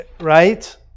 right